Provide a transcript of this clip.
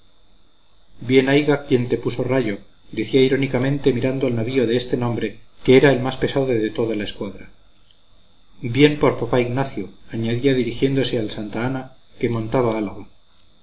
bien haiga quien te puso rayo decía irónicamente mirando al navío de este nombre que era el más pesado de toda la escuadra bien por papá ignacio añadía dirigiéndose al santa ana que montaba álava